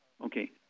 Okay